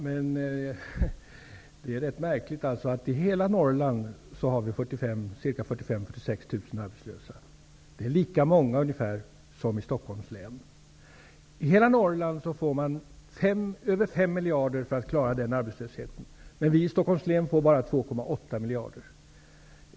Herr talman! Det är märkligt. I hela Norrland finns 45 000--46 000 arbetslösa. Det är ungefär lika många som i Stockholms län. I hela Norrland får man över 5 miljarder för att klara den arbetslösheten, men vi i Stockholms län får bara 2,8 miljarder.